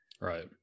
Right